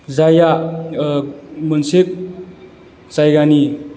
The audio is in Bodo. जायआ मोनसे जायगानि